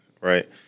Right